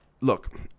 look